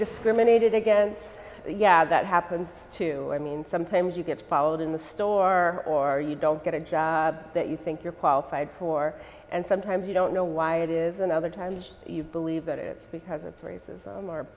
discriminated against yeah that happens to i mean sometimes you get followed in the store or you don't get a job that you think you're qualified for and sometimes you don't know why it is and other times you believe that it's because it's racism or